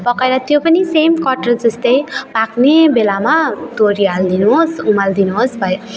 पकाएर त्यो पनि सेम कटहर जस्तै पाक्ने बेलामा तोरी हालिदिनुहोस् उमालिदिनुहोस् भयो